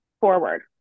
forward